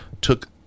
took